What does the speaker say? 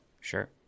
sure